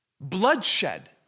Bloodshed